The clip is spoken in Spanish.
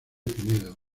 pinedo